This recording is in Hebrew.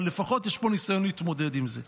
אבל לפחות יש פה ניסיון להתמודד עם זה.